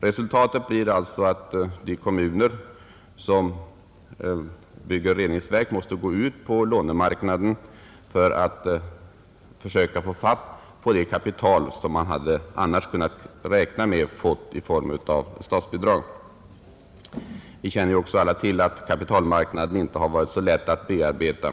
Resultatet blir att de kommuner som bygger reningsverk måste gå ut på lånemarknaden för att söka få fatt på det kapital som de annars hade kunnat räkna med att få i form av statsbidrag. Vi känner också alla till att kapitalmarknaden inte varit så lätt att bearbeta.